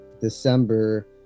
december